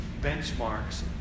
benchmarks